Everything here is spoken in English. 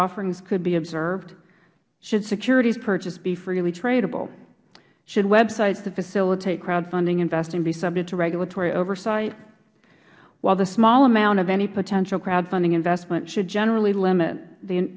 offerings could be observed should securities purchased be freely tradable should websites to facilitate crowdfunding investing be subject to regulatory oversight while the small amount of any potential crowdfunding investment should generally